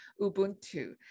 Ubuntu